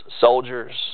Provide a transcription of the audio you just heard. soldiers